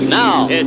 now